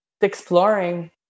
exploring